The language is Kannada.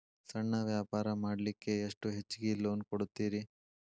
ಸಣ್ಣ ವ್ಯಾಪಾರ ಮಾಡ್ಲಿಕ್ಕೆ ಎಷ್ಟು ಹೆಚ್ಚಿಗಿ ಲೋನ್ ಕೊಡುತ್ತೇರಿ?